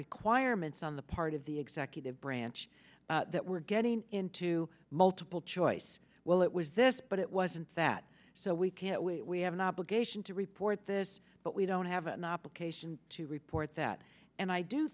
requirements on the part of the executive branch that we're getting into multiple choice well it was this but it wasn't that so we can't wait we have an obligation to report this but we don't have an obligation to report that and i do